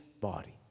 body